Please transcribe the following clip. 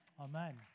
Amen